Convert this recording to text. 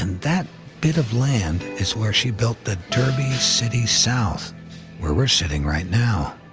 and that bit of land is where she built the derby city south where we're sitting righ t now.